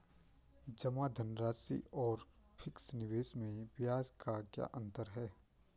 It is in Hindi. जमा धनराशि और फिक्स निवेश में ब्याज का क्या अंतर है?